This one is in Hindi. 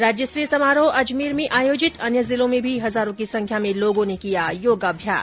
राज्यस्तरीय समारोह अजमेर में आयोजित अन्य जिलों में भी हजारों की संख्या में लोगो ने किया योगाभ्यास